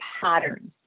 patterns